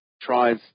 tries